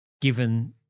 given